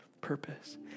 purpose